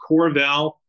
Corval